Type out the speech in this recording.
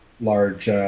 large